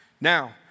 Now